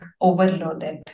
overloaded